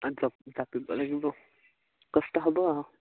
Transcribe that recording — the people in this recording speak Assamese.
জাপিব লাগিব কষ্ট হ'ব আৰু